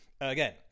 Again